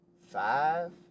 five